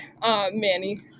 Manny